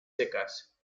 secas